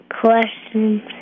questions